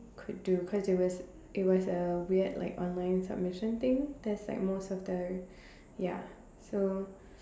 could do cause it was it was a weird like online submission thing that's like most of the ya so